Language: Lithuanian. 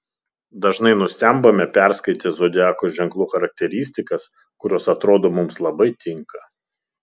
dažnai nustembame perskaitę zodiako ženklų charakteristikas kurios atrodo mums labai tinka